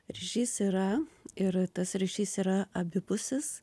ryšys yra ir tas ryšys yra abipusis